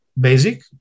basic